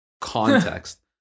context